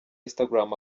instagram